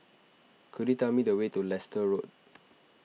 could you tell me the way to Leicester Road